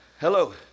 hello